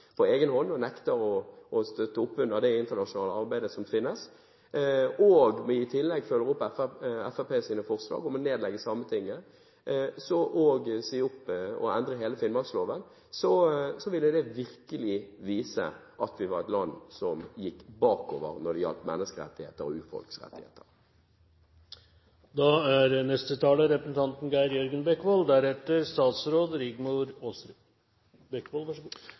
på egen hånd og nekter å støtte opp under det internasjonale arbeidet som finnes og i tillegg følger vi opp Fremskrittspartiets forslag om å nedlegge Sametinget og endre hele finnmarksloven, ville det virkelig vise at vi var et land som gikk bakover når det gjaldt menneskerettigheter og urfolks rettigheter. Kristelig Folkeparti mener, i likhet med flertallet i denne salen, at Norge er